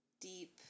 deep